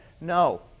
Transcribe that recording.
No